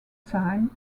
times